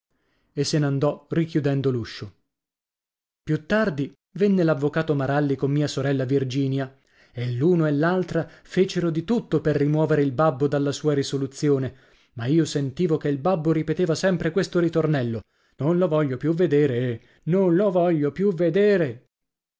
e se n'andò richiudendo l'uscio più tardi venne l'avvocato maralli con mia sorella virginia e l'uno e l'altra fecero di tutto per rimuovere il babbo dalla sua risoluzione ma io sentivo che il babbo ripeteva sempre questo ritornello non lo voglio più vedere non lo voglio più vedere